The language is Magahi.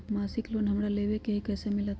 मासिक लोन हमरा लेवे के हई कैसे मिलत?